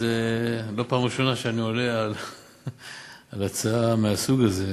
זאת לא הפעם הראשונה שאני עולה להשיב על הצעה מהסוג הזה.